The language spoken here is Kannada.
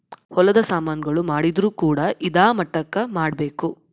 ಹೊಲದ ಸಾಮನ್ ಗಳು ಮಾಡಿದ್ರು ಕೂಡ ಇದಾ ಮಟ್ಟಕ್ ಮಾಡ್ಬೇಕು